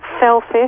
selfish